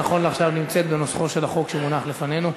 שנכון לעכשיו נמצאת בנוסחו של החוק שמונח לפנינו.